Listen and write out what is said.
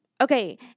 Okay